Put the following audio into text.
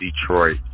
detroit